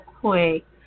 quick